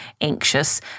anxious